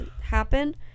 happen